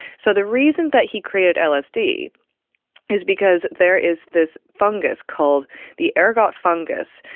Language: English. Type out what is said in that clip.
so the reason that he created lsd is because there is this fungus called the ergot fungus.